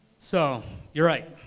so you're right,